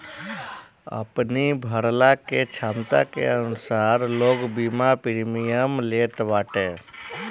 अपनी भरला के छमता के अनुसार लोग बीमा प्रीमियम लेत बाटे